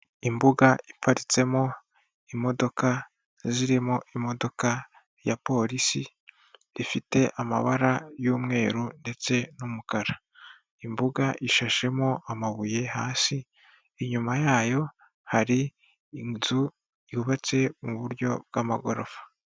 Imbuga iparitsemo imodoka, zirimo imodoka ya polisi, zifite amabara y'umweru ndetse n'umukara, imbuga ishashemo amabuye hasi, inyuma yayo hari inzu yubatse mu buryo bw'amagorofa.